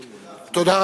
תודה.